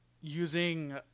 using